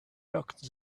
locked